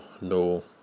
no